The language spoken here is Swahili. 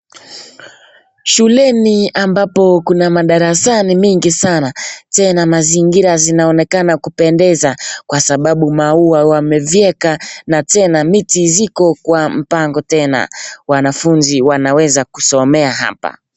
Shuleni ambapo kuna madarasani mingi sana tena mazingira zinaonekana kupendeza kwa sababu maua wamevyeka na tena miti ziko kwa mpango tena. Wanafunzi wanaweza kusomea hapa.